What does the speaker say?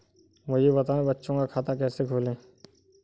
मुझे बताएँ बच्चों का खाता कैसे खोलें?